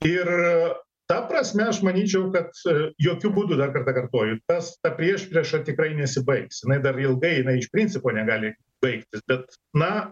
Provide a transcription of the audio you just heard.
ir ta prasme aš manyčiau kad jokiu būdu dar kartą kartoju tas ta priešprieša tikrai nesibaigs jinai dar ilgai jinai iš principo negali baigtis bet na